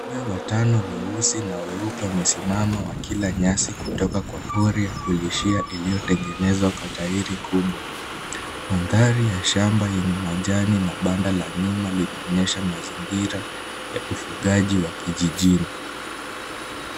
Ng'ombe watano weusi na weupe wamesimama wakila nyasi kutoka kwa hori ya kulishia iliyotengenezwa kwa tairi kubwa. Mandhari ya shamba yenye majani na banda la nyuma linaonyesha mazingira ya ufugaji wa kijijini.